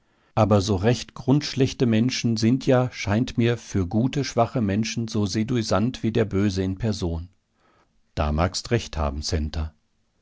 aber so recht grundschlechte menschen sind ja scheint mir für gute schwache menschen so seduisant wie der böse in person da magst recht haben centa